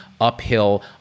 uphill